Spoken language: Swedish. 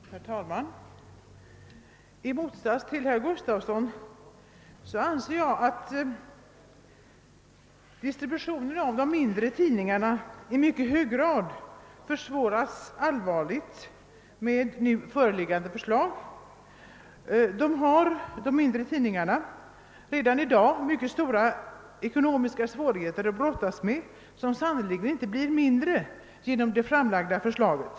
Herr talman! I motsats till herr Gustafson i Göteborg anser jag att distributionen av de mindre tidningarna allvarligt försvåras genom nu föreliggande förslag. De mindre tidningarna har redan i dag mycket stora ekonomiska svårigheter att brottas med, och problemen blir sannerligen inte mindre genom det framlagda förslaget.